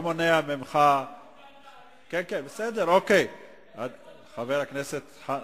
נעשו ציטוטים שלדעתי הם חמורים.